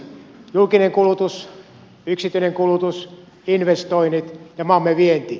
julkinen kulutus yksityinen kulutus investoinnit ja maamme vienti